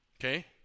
Okay